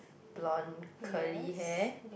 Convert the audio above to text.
blond curly hair